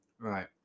Right